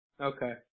Okay